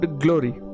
glory